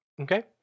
Okay